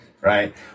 Right